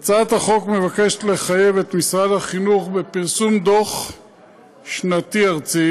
בהצעת החוק מוצע לחייב את משרד החינוך בפרסום דוח שנתי ארצי